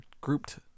grouped